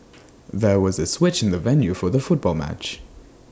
there was A switch in the venue for the football match